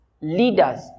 leaders